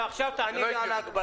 עכשיו תעני לי על ההגבלה.